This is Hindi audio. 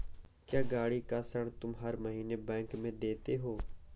क्या, गाड़ी का ऋण तुम हर महीने बैंक में देते हो?